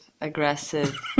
aggressive